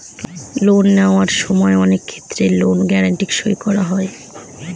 loan নেওয়ার সময় অনেক ক্ষেত্রে লোন গ্যারান্টি সই করা হয়